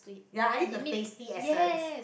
ya I need the tasty accents